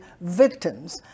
victims